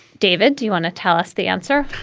david? do you want to tell us the answer?